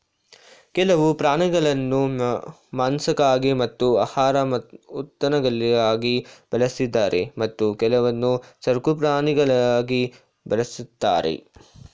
ಕೆಲವು ಪ್ರಾಣಿಗಳನ್ನು ಮಾಂಸಕ್ಕಾಗಿ ಮತ್ತು ಆಹಾರ ಉತ್ಪನ್ನಗಳಿಗಾಗಿ ಬಳಸಿದರೆ ಮತ್ತೆ ಕೆಲವನ್ನು ಸಾಕುಪ್ರಾಣಿಗಳಾಗಿ ಬಳ್ಸತ್ತರೆ